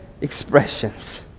expressions